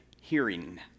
hearing